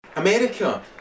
America